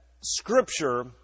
scripture